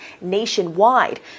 nationwide